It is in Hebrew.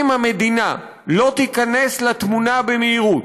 אם המדינה לא תיכנס לתמונה במהירות,